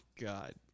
God